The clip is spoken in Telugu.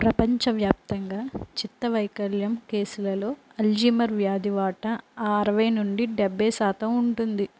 ప్రపంచవ్యాప్తంగా చిత్త వైకల్యం కేసులలో అల్జీమర్ వ్యాధి వాటా అరవై శాతం నుండి డెబ్బై శాతం ఉంటుంది